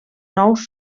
nous